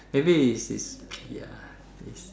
maybe he's he's ya he's